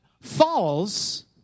falls